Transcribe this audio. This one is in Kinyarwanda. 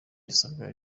irasabwa